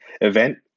event